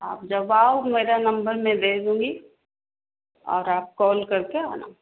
आप जब आओ मेरा नम्बर मैं दे दूँगी और आप कॉल करके आना